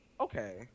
okay